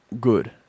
Good